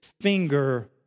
finger